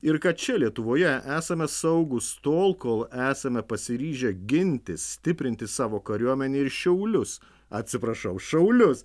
ir kad čia lietuvoje esame saugūs tol kol esame pasiryžę ginti stiprinti savo kariuomenę ir šiaulius atsiprašau šaulius